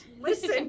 listen